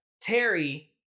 Terry